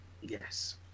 yes